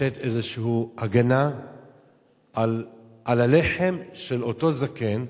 לתת איזו הגנה על הלחם של אותו זקן,